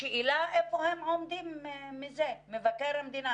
השאלה היא היכן עומד מבקר המדינה,